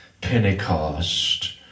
Pentecost